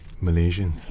Malaysian